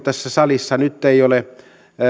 tässä salissa nyt ei ole